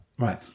Right